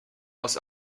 aus